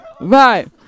Right